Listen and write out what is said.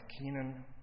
Kenan